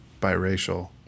biracial